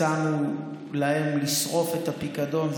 הצענו להם לשרוף את הפיקדון.